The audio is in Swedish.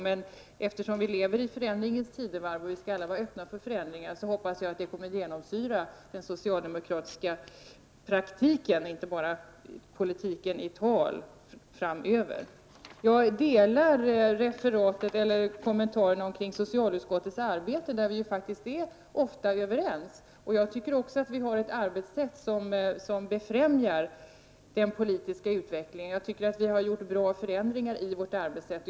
Men eftersom vi lever i förändringens tidevarv, och vi skall alla vara öppna för förändringar, hoppas jag att detta framöver kommer att genomsyra den socialdemokratiska praktiken och inte bara talen inom politiken. Jag delar de synpunkter som framförts i kommenterarna om socialutskottets arbete, där vi ju ofta är överens. Vi har ett arbetssätt som befrämjar den politiska utvecklingen, och vi har gjort bra förändringar i vårt arbetssätt.